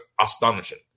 astonishing